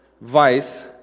vice